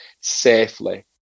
safely